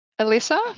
Alyssa